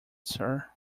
sir